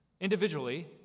Individually